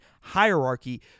hierarchy